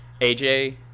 AJ